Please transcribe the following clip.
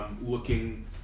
looking